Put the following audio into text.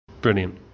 Brilliant